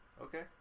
Okay